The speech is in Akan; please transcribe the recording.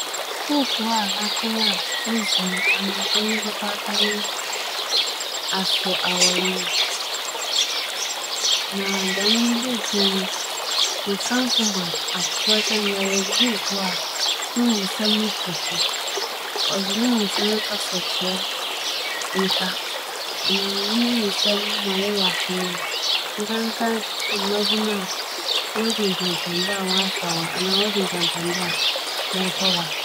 Buukuu a mekenkanee nnkyɛree na mebɛpɛ dɛ afofor bɛkenkan nye buukuu a ne dzin dze Asɛm Pa Yɛtsia. Dɛm buukuu yi obi a ͻkyerɛwee no wͻfrɛ no Isaaͻ Kofi Nimo a ofi Ghana a nna ͻkasafa mbrɛ ibesi edzi nokwar na mbrɛ nokwar dzi w'enyim a ͻboa w'abrabͻ si fa. Dɛm ntsi mebɛkamfo buukuu yi ama obibiara dɛ ͻbɛkan.